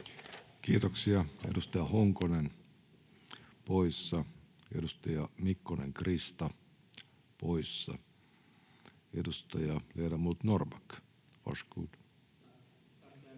Kiitoksia. — Edustaja Honkonen poissa, edustaja Mikkonen, Krista poissa. — Ledamot Norrback,